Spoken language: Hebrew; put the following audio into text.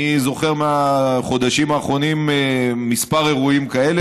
אני זוכר מהחודשים האחרונים כמה אירועים כאלה,